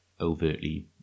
overtly